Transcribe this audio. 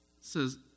says